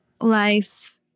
life